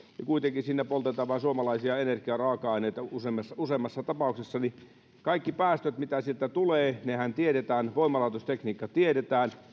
kuitenkin siinä poltetaan vain suomalaisia energiaraaka aineita useimmissa useimmissa tapauksissa kaikki päästöt mitä sieltä tulee tiedetään kun voimalaitostekniikka tiedetään